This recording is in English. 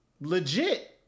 legit